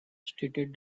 stated